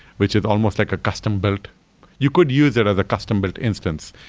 which is almost like a custom built you could use it as a custom built instance.